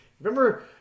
Remember